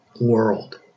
world